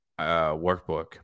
workbook